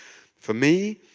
for me,